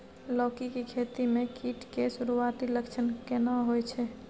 लौकी के खेती मे कीट के सुरूआती लक्षण केना होय छै?